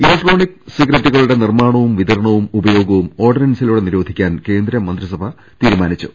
electronics സിഗരറ്റുകളുടെ നിർമാണവും വിതരണവും ഉപയോഗവും ഓർഡിനൻസിലൂടെ നിരോധിക്കാൻ കേന്ദ്ര മന്ത്രിസഭ തീരുമാനിച്ചു